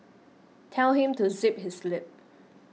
tell him to zip his lip